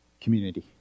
community